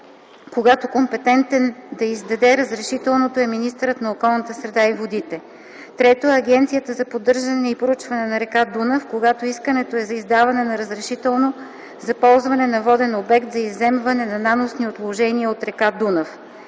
когато компетентен да издаде разрешителното е министърът на околната среда и водите; 3. Агенцията за поддържане и проучване на река Дунав – когато искането е за издаване на разрешително за ползване на воден обект за изземване на наносни отложения от река Дунав;